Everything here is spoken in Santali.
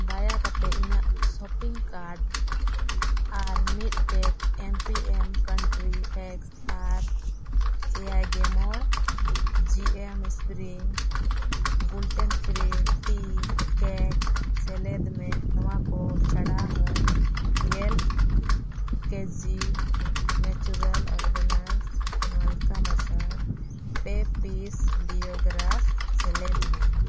ᱫᱟᱭᱟ ᱠᱟᱛᱮᱫ ᱤᱧᱟᱹᱜ ᱥᱚᱯᱤᱝ ᱠᱟᱨᱰ ᱟᱨ ᱢᱤᱫ pack M P M country eggs ᱟᱨ ᱮᱭᱟᱭ ᱜᱮᱢᱚᱬ G M spring gluten free tea cakes ᱥᱮᱞᱮᱫᱽ ᱢᱮ ᱱᱚᱣᱟ ᱠᱚ ᱪᱷᱟᱰᱟ ᱦᱚᱸ ᱜᱮᱞ ᱠᱮ ᱡᱤ ᱱᱮᱪᱟᱨᱞᱮᱱᱰ ᱚᱨᱜᱮᱱᱤᱠᱥ ᱢᱟᱞᱠᱟ ᱢᱚᱥᱩᱨ ᱯᱮ ᱯᱤᱥᱮᱥ ᱞᱤᱭᱟᱣ ᱜᱨᱤᱥ ᱥᱮᱞᱮᱫᱽ ᱢᱮ